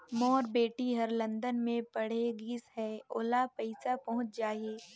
मोर बेटी हर लंदन मे पढ़े गिस हय, ओला पइसा पहुंच जाहि?